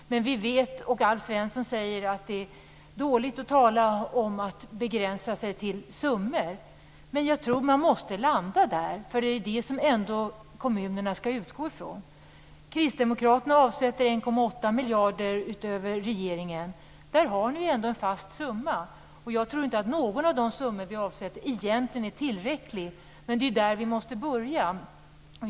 Alf Svensson säger att det är dåligt att tala om att begränsa sig till summor. Men jag tror att man måste landa där, därför att det är ändå det som kommunerna skall utgå från. Kristdemokraterna avsätter 1,8 miljarder utöver regeringen, och där har de ändå en fast summa. Jag tror inte att någon av de summor som vi avsätter egentligen är tillräcklig, men det är där vi måste börja.